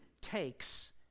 takes